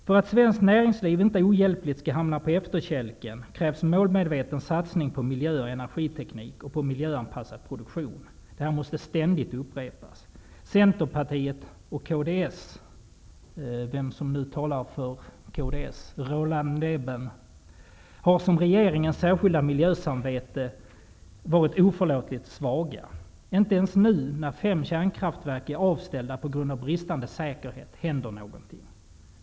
För att svenskt näringsliv inte ohjälpligt skall hamna på efterkälken krävs en målmedveten satsning på miljö och energiteknik och på miljöanpassad produktion. Detta måste ständigt upprepas. Centerpartiet och kds -- jag tror att det är Roland Lében som talar för kds här -- har som regeringens särskilda miljösamvete varit oförlåtligt svaga. Inte ens nu, när fem kärnkraftverk är avställda på grund av bristande säkerhet, händer något.